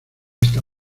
esta